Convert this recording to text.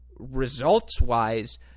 Results-wise